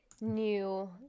new